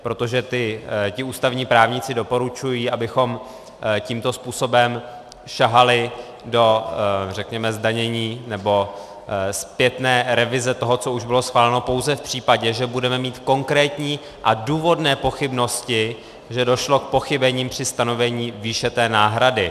Protože ústavní právníci doporučují, abychom tímto způsobem sahali řekněme do zdanění nebo zpětné revize toho, co už bylo schváleno, pouze v případě, že budeme mít konkrétní a důvodné pochybnosti, že došlo k pochybení při stanovení výše té náhrady.